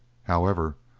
however,